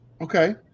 Okay